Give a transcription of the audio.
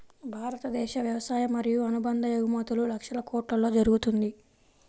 భారతదేశ వ్యవసాయ మరియు అనుబంధ ఎగుమతులు లక్షల కొట్లలో జరుగుతుంది